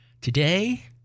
Today